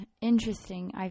interesting